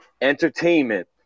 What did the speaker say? entertainment